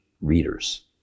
readers